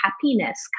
happiness